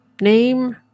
name